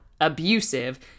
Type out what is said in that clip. abusive